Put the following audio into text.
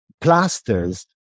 plasters